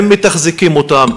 הם מתחזקים אותם,